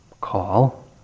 call